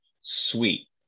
sweet